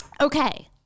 Okay